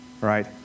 right